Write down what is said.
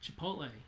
Chipotle